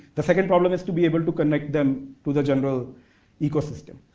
the second problem is to be able to connect them to the general ecosystem.